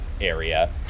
area